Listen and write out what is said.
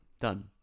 done